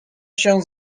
się